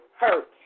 hurt